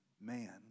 man